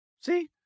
see